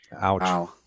Ouch